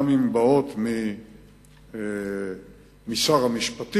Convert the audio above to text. גם אם הן באות משר המשפטים.